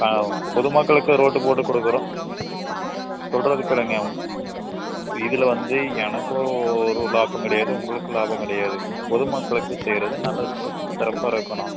ஆ பொதுமக்களுக்கு ரோடு போட்டுக் கொடுக்குறோம் சொல்றதை கேளுங்கள் இதில் வந்து எனக்கு ஒரு லாபம் கிடையாது உங்களுக்கும் லாபம் கிடையாது பொது மக்களுக்கு செய்றது நல்ல சிறப்பாக இருக்கணும்